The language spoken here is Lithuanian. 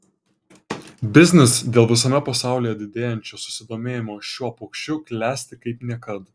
biznis dėl visame pasaulyje didėjančio susidomėjimo šiuo paukščiu klesti kaip niekad